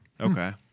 Okay